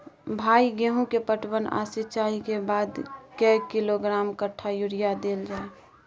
भाई गेहूं के पटवन आ सिंचाई के बाद कैए किलोग्राम कट्ठा यूरिया देल जाय?